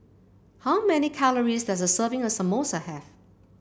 how many calories does a serving of Samosa have